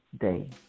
day